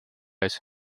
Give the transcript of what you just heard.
ees